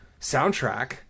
soundtrack